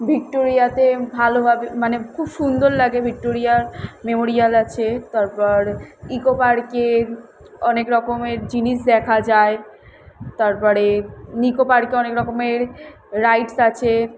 ভিক্টোরিয়াতে ভালোভাবে মানে খুব সুন্দর লাগে ভিক্টোরিয়া মেমোরিয়াল আছে তারপর ইকো পার্কে অনেক রকমের জিনিস দেখা যায় তারপরে নিকো পার্কে অনেক রকমের রাইডস আছে